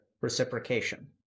reciprocation